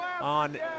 on